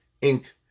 ink